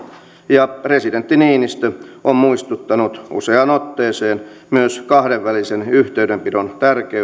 ja presidentti niinistö on muistuttanut useaan otteeseen myös kahdenvälisen yhteydenpidon